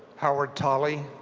howard tally,